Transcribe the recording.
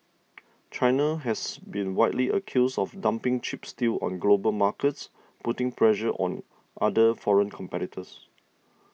China has been widely accused of dumping cheap steel on global markets putting pressure on other foreign competitors